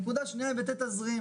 הנקודה השנייה היא היבטי תזרים.